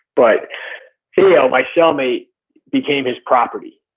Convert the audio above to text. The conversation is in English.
but theo my cellmate became his property.